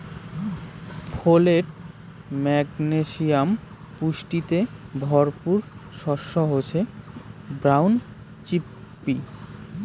folate, magnesium পুষ্টিতে ভরপুর শস্য হসে ব্রাউন চিকপি